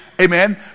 amen